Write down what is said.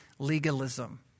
legalism